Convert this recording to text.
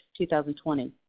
2020